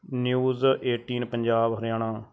news eighteen Punjab Haryana